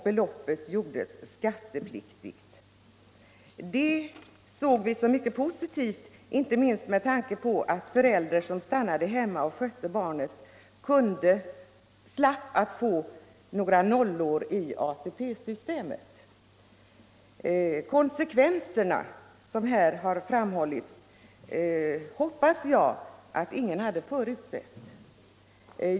Beloppet gjordes skattepliktigt. Det såg vi som mycket positivt inte minst med tanke på att förälder som stannade hemma och skötte barnet slapp att få några nollor i ATP-systemet. Konsekvenserna som här har framhållits hoppas jag att ingen hade förutsett.